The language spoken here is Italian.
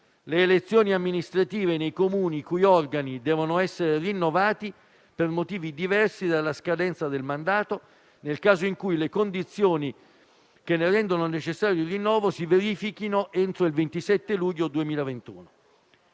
le elezioni amministrative nei Comuni i cui organi devono essere rinnovati per motivi diversi dalla scadenza del mandato, nel caso in cui le condizioni che ne rendono necessario il rinnovo si verifichino entro il 27 luglio 2021;